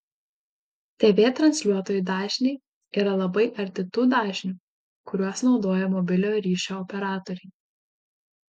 tv transliuotojų dažniai yra labai arti tų dažnių kuriuos naudoja mobiliojo ryšio operatoriai